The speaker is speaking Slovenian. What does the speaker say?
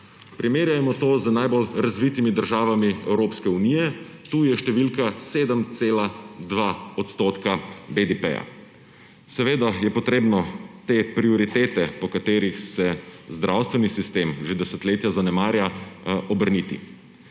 Primerjajmo to z najbolj razvitimi državami Evropske unije. Tu je številka 7,2 % BDP. Seveda je treba te prioritete, po katerih se zdravstveni sitem že desetletja zanemarja, obrniti.